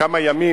כמה ימים,